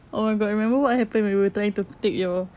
oh my god remember what happened where we were trying to take your